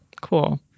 Cool